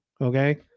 okay